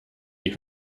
die